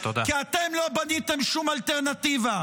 כי אתם לא בניתם שום אלטרנטיבה,